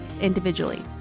individually